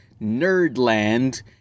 Nerdland